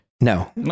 No